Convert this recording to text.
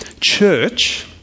Church